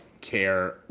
care